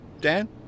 dan